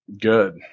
Good